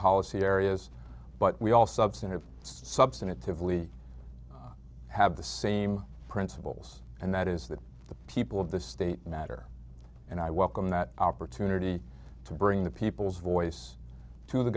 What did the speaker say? policy areas but we all substantive substantively have the same principles and that is that the people of this state matter and i welcome that opportunity to bring the people's voice to the